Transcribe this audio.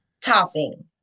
topping